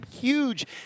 huge